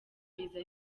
riza